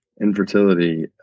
infertility